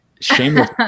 Shameless